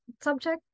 subject